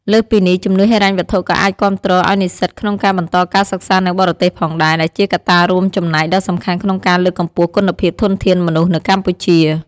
លើសពីនេះ ជំនួយហិរញ្ញវត្ថុក៏អាចគាំទ្រឲ្យនិស្សិតក្នុងការបន្តការសិក្សានៅបរទេសផងដែរ ដែលជាកត្តារួមចំណែកដ៏សំខាន់ក្នុងការលើកកម្ពស់គុណភាពធនធានមនុស្សនៅកម្ពុជា។